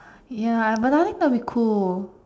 ya but I think that would be cool